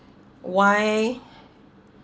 why